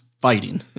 fighting